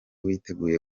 witeguye